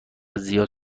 زیاد